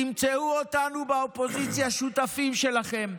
תמצאו אותנו באופוזיציה שותפים שלכם,